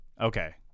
Okay